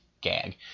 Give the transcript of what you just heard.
gag